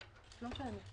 חתומה על ידו.